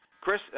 Chris